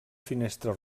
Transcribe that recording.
finestra